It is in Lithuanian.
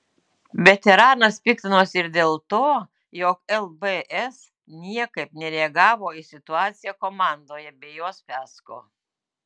veteranas piktinosi ir dėl to jog lbs niekaip nereagavo į situaciją komandoje bei jos fiasko